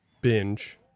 binge